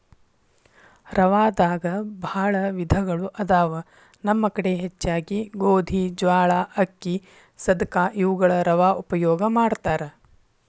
ರವಾದಾಗ ಬಾಳ ವಿಧಗಳು ಅದಾವ ನಮ್ಮ ಕಡೆ ಹೆಚ್ಚಾಗಿ ಗೋಧಿ, ಜ್ವಾಳಾ, ಅಕ್ಕಿ, ಸದಕಾ ಇವುಗಳ ರವಾ ಉಪಯೋಗ ಮಾಡತಾರ